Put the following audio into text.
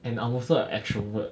and I'm also a extrovert